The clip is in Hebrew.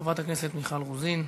חברת הכנסת מיכל רוזין,